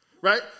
Right